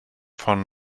von